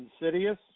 insidious